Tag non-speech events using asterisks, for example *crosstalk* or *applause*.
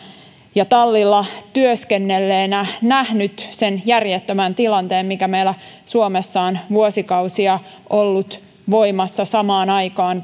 ja tallilla työskennelleenä nähnyt sen järjettömän tilanteen mikä meillä suomessa on vuosikausia ollut voimassa samaan aikaan *unintelligible*